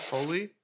Holy